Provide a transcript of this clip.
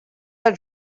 are